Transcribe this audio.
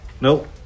nope